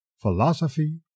philosophy